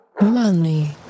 money